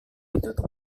ditutup